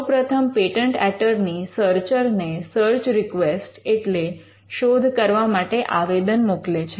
સૌપ્રથમ patent attorney searcher ને search request એટલે શોધ કરવા માટે આવેદન મોકલે છે